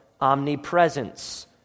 omnipresence